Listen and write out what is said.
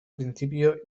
principio